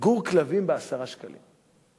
גור כלבים ב-10 שקלים.